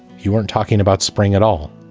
you weren't talking about spring at all.